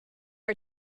are